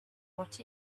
what